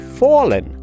fallen